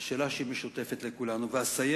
זאת שאלה שמשותפת לכולנו.